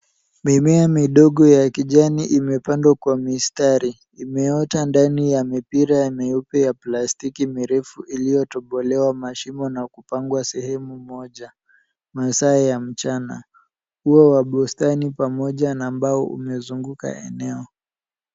Mimea midogo ya kijani imepandwa kwa mistari. Imeota ndani ya mipira myeupe ya plastiki mirefu iliyotobolewa mashimo na kupangwa sehemu moja masaa ya mchana. Ua wa bustani pamoja na mbao umezunguka eneo.